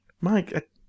Mike